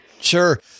Sure